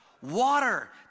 water